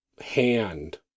hand